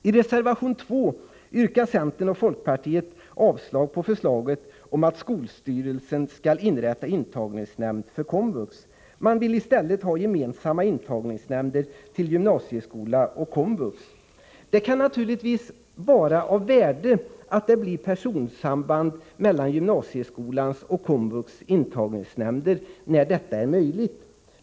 I reservation nr 2 yrkar centern och folkpartiet avslag på förslaget om att skolstyrelsen skall inrätta en intagningsnämnd för komvux. Man vill i stället ha gemensamma intagningsnämnder för gymnasieskolan och komvux. Det kan naturligtvis vara av värde att det blir ett personsamband mellan gymnasieskolans och komvux intagningsnämnder när detta är möjligt.